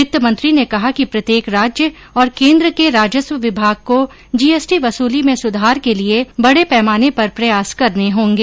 वित्तमंत्री ने कहा कि प्रत्येक राज्य और केंद्र के राजस्व विभाग को जीएसटी वसूली में सुंधार के लिए बड़े पैमाने पर प्रयास करने होंगे